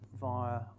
via